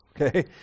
okay